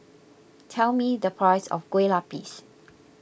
tell me the price of Kueh Lapis